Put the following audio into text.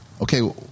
okay